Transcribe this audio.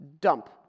dump